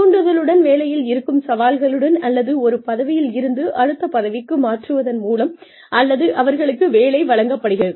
தூண்டுதலுடன் வேலையில் இருக்கும் சவால்களுடன் அல்லது ஒரு பதவியில் இருந்து அடுத்த பதவிக்கு மாற்றுவதன் மூலம் அல்லது அவர்களுக்கு வேலை வழங்கப்படுகிறது